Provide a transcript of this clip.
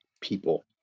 people